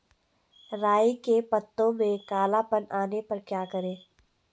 राई के पत्तों में काला पन आने पर क्या करें?